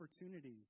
opportunities